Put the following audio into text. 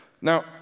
Now